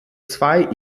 zwei